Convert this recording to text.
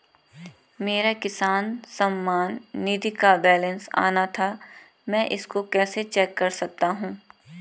मेरा किसान सम्मान निधि का बैलेंस आना था मैं इसको कैसे चेक कर सकता हूँ?